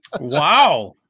Wow